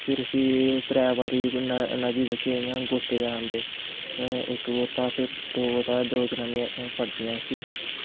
फिर उस्सी त्रै बारी नदी बिच्च इ'यां घोत्ते करांदे इक गोत्ता फिर दो जनानियां फड़दियां उस्सी